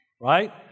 right